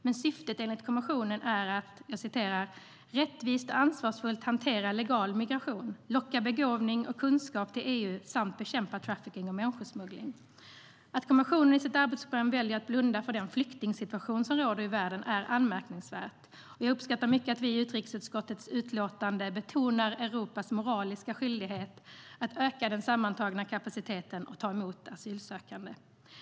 Men syftet, enligt kommissionen, är att "rättvist och ansvarsfullt hantera legal migration, attrahera begåvning och kunskap till EU samt bekämpa trafficking och människosmuggling".Att kommissionen i sitt arbetsprogram väljer att blunda för den flyktingsituation som råder i världen är anmärkningsvärt, och jag uppskattar mycket att vi i utrikesutskottets utlåtande betonar Europas moraliska skyldighet att öka den sammantagna kapaciteten att ta emot asylsökande.